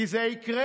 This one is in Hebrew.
כי זה יקרה.